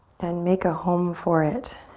and make a home for it